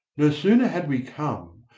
no sooner had we come,